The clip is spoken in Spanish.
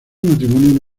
matrimonio